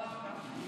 תודה רבה.